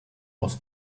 was